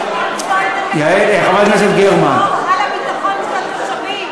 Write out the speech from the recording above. אתם צריכים למצוא את התקציבים ולשמור על הביטחון של התושבים.